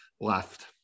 left